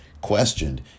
questioned